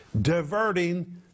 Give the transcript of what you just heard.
diverting